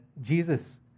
Jesus